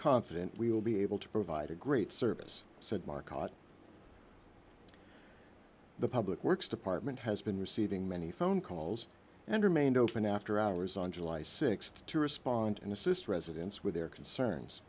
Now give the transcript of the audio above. confident we will be able to provide a great service said market the public works department has been receiving many phone calls and remained open after hours on july th to respond and assist residents with their concerns